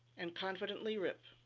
and confidently rip